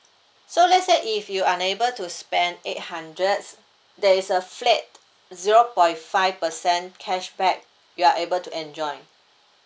so let's say if you unable to spend eight hundred there is a flat zero point five percent cashback you are able to enjoy